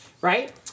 right